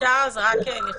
אפשר רק לכתוב